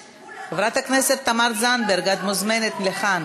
יש גבול, חברת הכנסת תמר זנדברג, את מוזמנת לכאן.